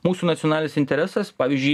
mūsų nacionalinis interesas pavyzdžiui